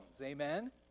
Amen